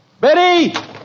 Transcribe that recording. Betty